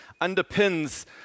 underpins